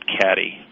Caddy